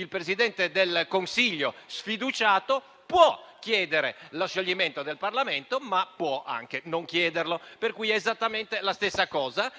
il Presidente del Consiglio sfiduciato può chiedere lo scioglimento del Parlamento, ma può anche non chiederlo, per cui è esattamente la stessa cosa.